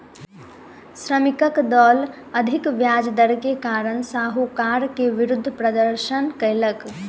श्रमिकक दल अधिक ब्याज दर के कारण साहूकार के विरुद्ध प्रदर्शन कयलक